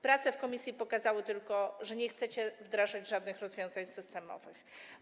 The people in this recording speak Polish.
Prace w komisji pokazały tylko, że nie chcecie wdrażać żadnych rozwiązań systemowych.